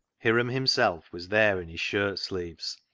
hiram himself was there in his shirt sleeves,